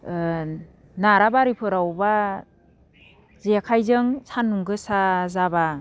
नाराबारिफोरावबा जेखाइजों सानदुं गोसा जायोबा